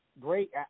great